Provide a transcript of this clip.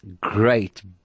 great